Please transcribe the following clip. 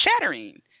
shattering